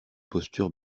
posture